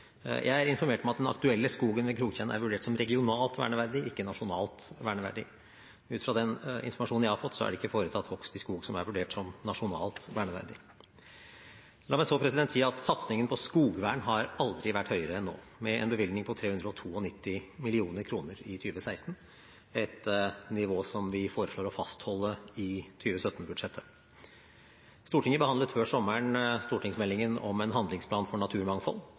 Jeg er informert om at den aktuelle skogen ved Kroktjenn er vurdert som regionalt verneverdig, ikke nasjonalt verneverdig, og ut fra den informasjonen jeg har fått, er det ikke foretatt hogst i skog som er vurdert som nasjonalt verneverdig. La meg så si at satsningen på skogvern har aldri vært høyere enn nå, med en bevilgning på 392 mill. kr i 2016, et nivå som vi foreslår å fastholde i 2017-budsjettet. Stortinget behandlet før sommeren stortingsmeldingen om en handlingsplan for naturmangfold.